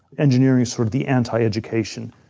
engineering is sort of the anti education,